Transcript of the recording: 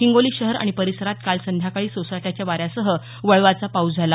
हिंगोली शहर आणि परिसरात काल संध्याकाळी सोसाट्याच्या वाऱ्यासह वळवाच्या पाऊस झाला